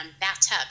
bathtub